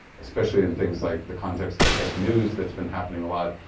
especially in things like the context of fake news that's been happening a lot.